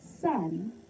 son